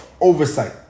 Oversight